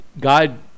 God